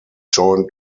joint